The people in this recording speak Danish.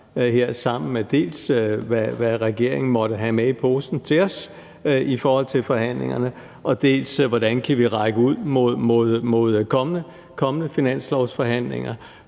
dels hvad regeringen måtte have med i posen til os i forhold til forhandlingerne, dels hvordan vi kan række ud mod kommende finanslovsforhandlinger,